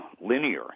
linear